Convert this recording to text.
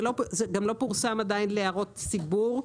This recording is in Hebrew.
זה גם לא פורסם עדיין להערות ציבור.